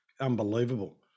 Unbelievable